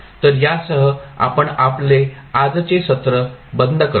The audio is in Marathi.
तर यासह आपण आपले आजचे सत्र बंद करतो